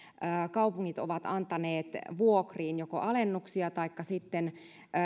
kaupungit ovat antaneet joko vuokriin alennuksia taikka